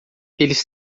eles